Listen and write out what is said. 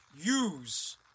use